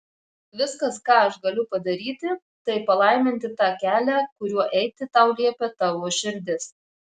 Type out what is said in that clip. viskas ką aš galiu padaryti tai palaiminti tą kelią kuriuo eiti tau liepia tavo širdis